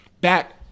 back